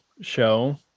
show